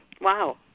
Wow